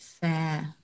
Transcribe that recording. fair